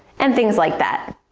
and things like that.